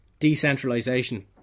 decentralisation